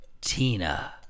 Tina